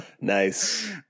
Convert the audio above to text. Nice